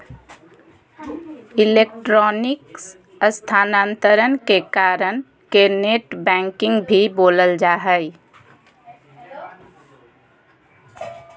electronic स्थानान्तरण के net banking भी बोलल जा हइ